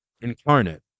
incarnate